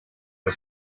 the